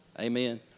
Amen